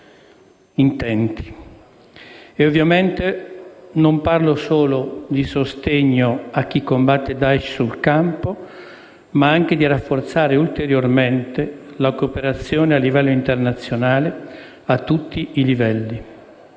intenti. Ovviamente non parlo solo di sostegno a chi combatte Daesh sul campo, ma anche di rafforzare ulteriormente la cooperazione a livello internazionale a tutti i livelli,